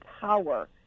power